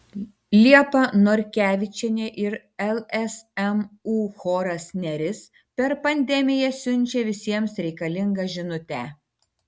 liepa norkevičienė ir lsmu choras neris per pandemiją siunčia visiems reikalingą žinutę